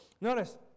Notice